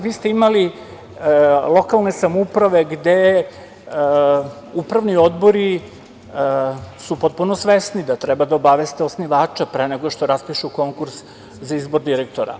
Vi ste imali lokalne samouprave gde su upravni odbori potpuno svesni da treba da obaveste osnivača pre nego što raspišu konkurs za izbor direktora.